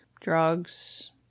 drugs